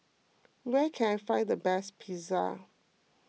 where can I find the best Pizza